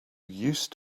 used